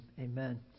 Amen